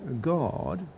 God